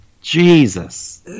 Jesus